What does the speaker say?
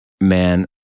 Man